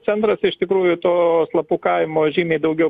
centras iš tikrųjų to slapukavimo žymiai daugiau